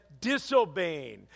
disobeying